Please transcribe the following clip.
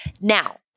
Now